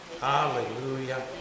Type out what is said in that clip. Hallelujah